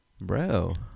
bro